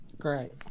great